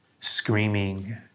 screaming